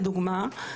לדוגמה,